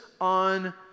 on